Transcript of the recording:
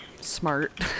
smart